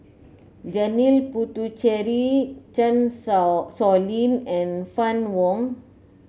Janil Puthucheary Chan Sow Lin and Fann Wong